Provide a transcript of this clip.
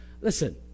listen